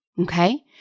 Okay